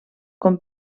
com